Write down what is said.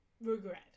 regret